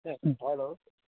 hello